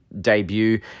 debut